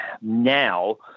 now